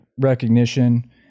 recognition